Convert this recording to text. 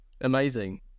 Amazing